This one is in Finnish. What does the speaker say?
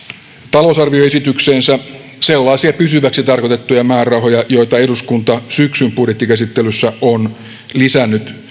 talousarvioesitykseensä sellaisia pysyviksi tarkoitettuja määrärahoja joita eduskunta syksyn budjettikäsittelyssä on lisännyt